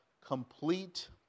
complete